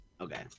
okay